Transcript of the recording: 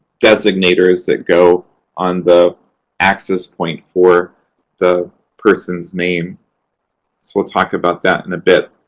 designators that go on the access point for the person's name. so we'll talk about that in a bit.